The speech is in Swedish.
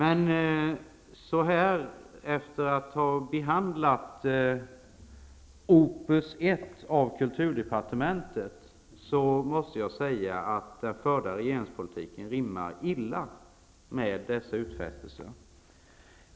Efter att vi har behandlat opus 1 av kulturdepartementet måste jag säga att den förda regeringspolitiken rimmar illa med dessa utfästelser.